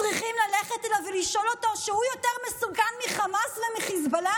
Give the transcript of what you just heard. צריכים ללכת אליו ולשאול אותו אם הוא יותר מסוכן מחמאס ומחיזבאללה?